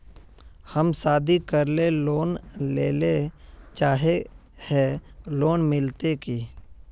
हम शादी करले लोन लेले चाहे है लोन मिलते की?